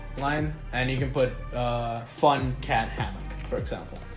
line and you can put fun cat hammock, for example,